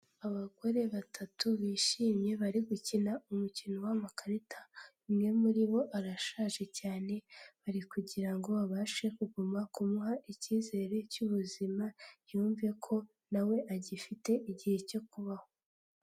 Abagore batatu bishimye, bari gukina umukino w'amakarita, umwe muri bo arashaje cyane, bari kugira ngo babashe kuguma kumuha icyizere cy'ubuzima, yumve ko na we agifite igihe cyo kubaho.